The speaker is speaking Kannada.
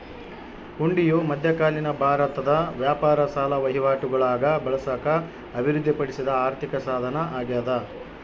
ಹುಂಡಿಯು ಮಧ್ಯಕಾಲೀನ ಭಾರತದ ವ್ಯಾಪಾರ ಸಾಲ ವಹಿವಾಟುಗುಳಾಗ ಬಳಸಾಕ ಅಭಿವೃದ್ಧಿಪಡಿಸಿದ ಆರ್ಥಿಕಸಾಧನ ಅಗ್ಯಾದ